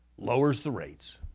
lowers the rates,